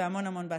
והמון המון הצלחה.